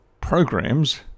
programs